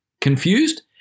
Confused